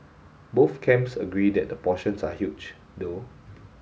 both camps agree that the portions are huge though